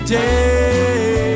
day